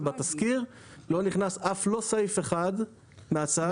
שבתזכיר לא נכנס אף לא סעיף אחד מההצעה.